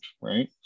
right